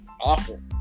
awful